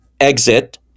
exit